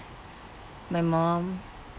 my mum